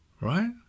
right